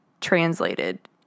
translated